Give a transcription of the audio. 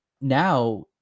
now